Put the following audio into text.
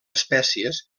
espècies